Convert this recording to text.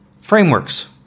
frameworks